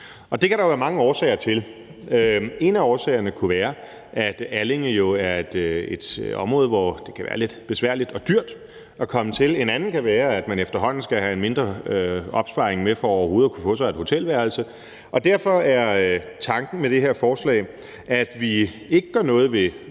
Det kan der være mange årsager til. En af årsagerne kunne være, at Allinge jo er et område, hvor det kan være lidt besværligt og dyrt at komme til. En anden kan være, at man efterhånden skal have en mindre opsparing med for overhovedet at kunne få sig et hotelværelse. Og derfor er tanken med det her forslag, at vi ikke gør noget ved